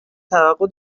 توقع